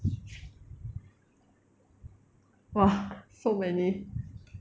!wah! so many